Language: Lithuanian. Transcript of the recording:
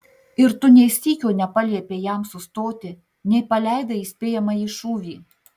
ir tu nė sykio nepaliepei jam sustoti nei paleidai įspėjamąjį šūvį